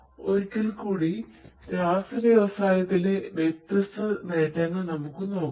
അതിനാൽ ഒരിക്കൽ കൂടി രാസവ്യവസായത്തിലെ വ്യത്യസ്ത നേട്ടങ്ങൾ നമുക്ക് നോക്കാം